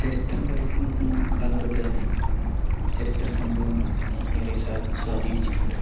ചരിത്രം പഠിക്കുന്ന കാലം തൊട്ട് തന്നെ ചരിത്ര സംഭവങ്ങൾ എന്നെ ഏറെ സ്വാദി സ്വാധീനിച്ചിട്ടുണ്ട്